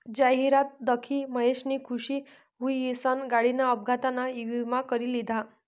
जाहिरात दखी महेशनी खुश हुईसन गाडीना अपघातना ईमा करी लिधा